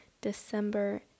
december